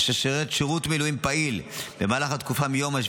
אשר שירת שירות מילואים פעיל במהלך התקופה מיום 7